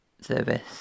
service